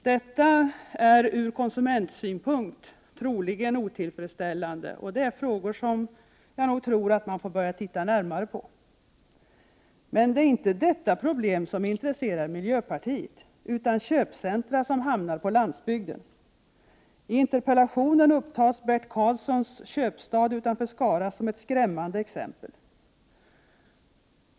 Detta är ur konsumentsynpunkt troligen otillfredsställande, och det är frågor som jag tror att man får börja titta närmare på. Det är dock inte detta problem som intresserar miljöpartiet, utan köpcentra som hamnar på landsbygden. I interpellationen upptas Bert Karlssons ”Köpstad” utanför Skara som ett skrämmande exempel.